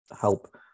help